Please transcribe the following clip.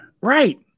Right